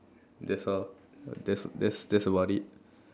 that's all that's that's that's about it